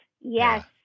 Yes